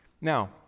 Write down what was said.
Now